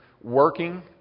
working